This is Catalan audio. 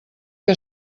que